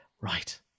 Right